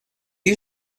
you